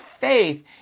faith